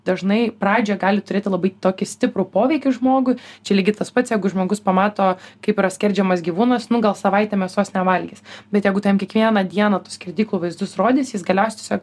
dažnai pradžioje gali turėti labai tokį stiprų poveikį žmogui čia lygiai tas pats jeigu žmogus pamato kaip yra skerdžiamas gyvūnas nu gal savaitę mėsos nevalgys bet jeigu tu jam kiekvieną dieną tų skerdyklų vaizdus rodysi jis galiausiai tiesiog